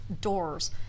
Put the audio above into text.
doors